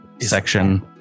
section